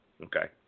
okay